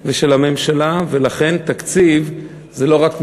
ושל הממשלה, לכן תקציב זה לא רק מספרים.